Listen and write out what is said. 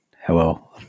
Hello